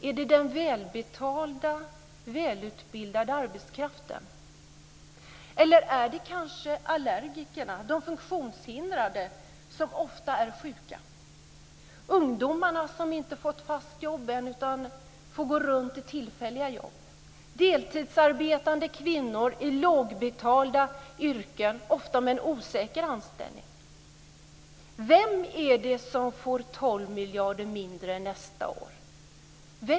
Är det den välbetalda och välutbildade arbetskraften? Eller är det kanske allergikerna eller de funktionshindrade som ofta är sjuka? Eller är det de ungdomar som ännu inte fått fast jobb utan får gå runt på tillfälliga jobb? Eller är det deltidsarbetande kvinnor i lågbetalda yrken, ofta med en osäker anställning? Vem är det alltså som får 12 miljarder mindre nästa år?